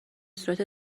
صورت